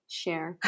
share